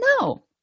no